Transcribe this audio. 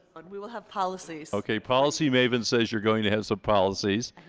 and we will have policies. ok policy maven says you're going to have some policies